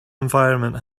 environment